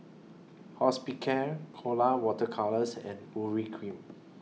Hospicare Colora Water Colours and Urea Cream